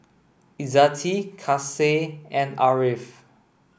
Izzati Kasih and Ariff